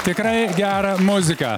tikrai gerą muziką